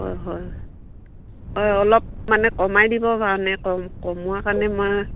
হয় হয় হয় অলপ মানে কমাই দিব বাৰু নে কমোৱা কাৰণে মই